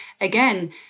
again